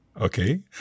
Okay